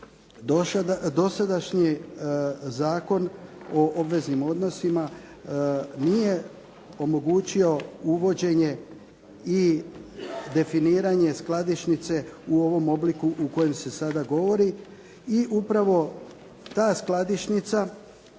dosadašnji Zakon o obveznim odnosima nije omogućio uvođenje i definiranje skladišnice u ovom obliku u kojem se sada govori i upravo ta skladišnica